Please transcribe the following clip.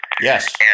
Yes